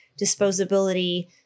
disposability